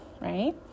right